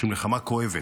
של מלחמה כואבת,